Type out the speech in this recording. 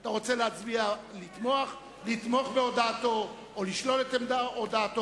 אתה רוצה להצביע ולתמוך בהודעתו או לשלול את הודעתו.